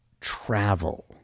travel